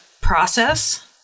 process